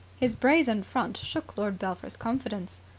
his brazen front shook lord belpher's confidence.